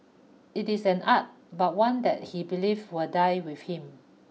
it is an art but one that he believe will die with him